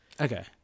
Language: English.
okay